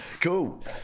cool